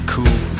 Cool